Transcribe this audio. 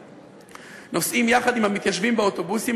נוסעים יחד עם המתיישבים באוטובוסים.